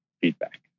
feedback